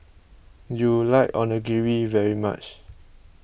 you like Onigiri very much